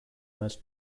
most